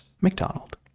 McDonald